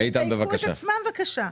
אני מבקשת שיבדקו את עצמם בבקשה.